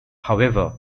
however